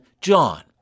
John